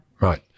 Right